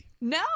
No